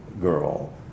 girl